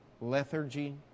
lethargy